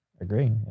Agree